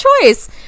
choice